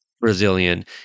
Brazilian